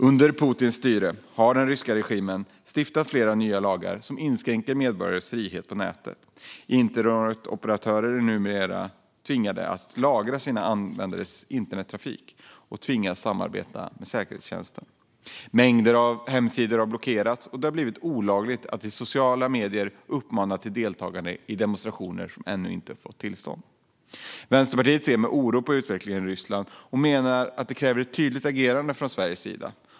Under Putins styre har den ryska regimen stiftat flera nya lagar som inskränker medborgarnas frihet på nätet. Internetoperatörer är numera tvingade att lagra sina användares internettrafik och tvingas samarbeta med säkerhetstjänsten. Mängder av hemsidor har blockerats, och det har blivit olagligt att i sociala medier uppmana till deltagande i demonstrationer som ännu inte har fått tillstånd. Vänsterpartiet ser med oro på utvecklingen i Ryssland och menar att det krävs ett tydligt agerande från Sveriges sida.